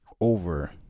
over